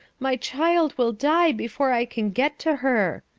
my child will die before i can get to her,